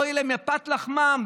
פת לחמם,